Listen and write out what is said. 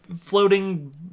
floating